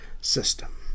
system